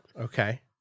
Okay